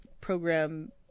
program